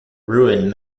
ruin